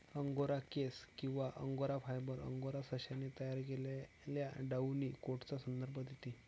angora केस किंवा angora fibre, angora सशाने तयार केलेल्या डाउनी कोटचा संदर्भ देते